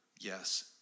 Yes